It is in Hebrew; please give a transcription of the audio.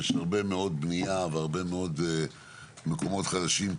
יש הרבה מאוד בניה והרבה מאוד מקומות חדשים,